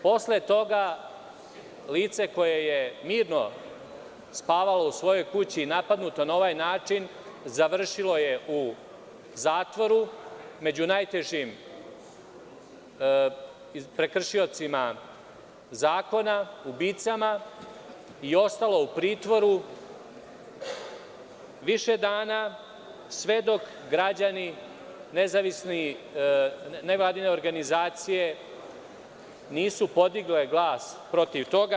Posle toga lice, koje je mirno spavalo u svojoj kući, napadnuto na ovaj način završilo je u zatvoru među najtežim prekršiocima zakona, ubicama, i ostalo u pritvoru više dana sve dok građani, nevladine organizacije nisu podigli glas protiv toga.